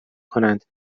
کنند